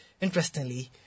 Interestingly